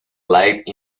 light